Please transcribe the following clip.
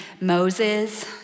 Moses